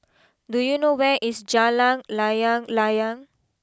do you know where is Jalan Layang Layang